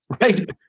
Right